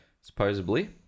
Supposedly